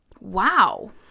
Wow